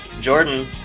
Jordan